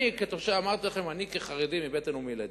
אני, כחרדי מבטן ומלידה,